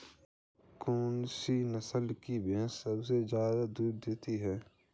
कौन सी नस्ल की भैंस सबसे ज्यादा दूध देती है?